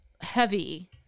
heavy